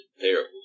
terrible